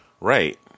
Right